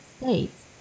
States